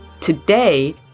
Today